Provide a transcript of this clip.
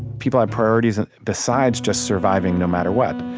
people have priorities and besides just surviving no matter what.